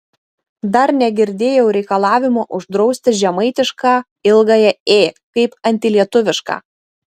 dar negirdėjau reikalavimo uždrausti žemaitišką ilgąją ė kaip antilietuvišką